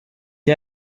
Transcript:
ihr